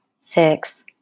six